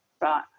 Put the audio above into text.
Right